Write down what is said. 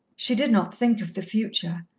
she did not think of the future.